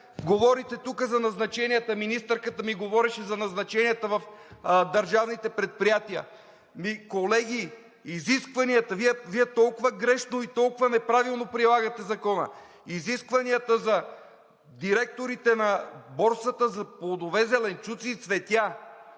Говорите тук за назначенията – министърката ни говореше за назначенията в държавните предприятия. Ами, колеги, изискванията – Вие толкова грешно и толкова неправилно прилагате закона. Изискванията за директорите на Борсата за плодове, зеленчуци и цветя